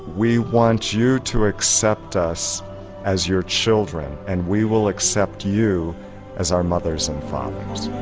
we want you to accept us as your children, and we will accept you as our mothers and fathers.